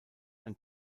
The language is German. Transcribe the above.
ein